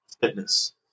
Fitness